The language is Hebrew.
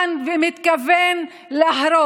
אולי תוך צפייה בקומדיית ריקלין או האזנה לפארסת